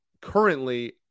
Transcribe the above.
currently